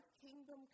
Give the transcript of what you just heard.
kingdom